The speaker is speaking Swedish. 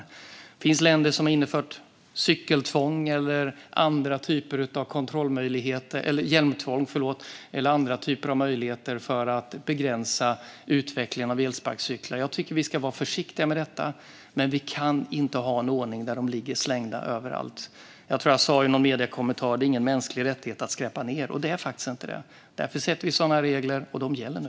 Det finns länder som har infört hjälmtvång eller andra typer av kontroll för att begränsa utvecklingen för elsparkcyklar. Jag tycker att vi ska vara försiktiga med detta, men vi kan inte ha en ordning där de ligger slängda överallt. Jag tror att jag sa i någon mediekommentar att det är ingen mänsklig rättighet att skräpa ned. Det är faktiskt inte det. Därför sätter vi sådana regler, och de gäller nu.